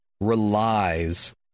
relies